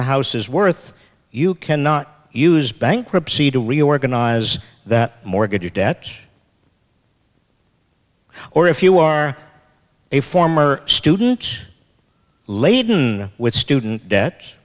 the house is worth you cannot use bankruptcy to reorganize that mortgage debt or if you are a former student laden with student debt